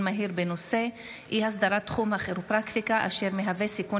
בנושא: התנכלות חברי כנופיה מהכפר הבדואי שבגליל העליון